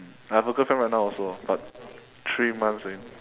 um I have a girlfriend right now also but three months only